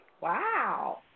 Wow